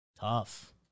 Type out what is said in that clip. Tough